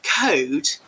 code